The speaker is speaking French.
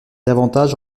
davantage